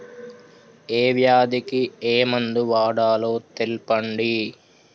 ఏ వ్యాధి కి ఏ మందు వాడాలో తెల్పండి?